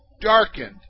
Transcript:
darkened